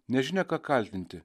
nežinia ką kaltinti